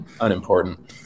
unimportant